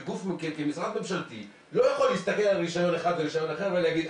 כמשרד ממשלתי אתה לא יכול להסתכל על רישיון אחד ורישיון אחר ולהגיד,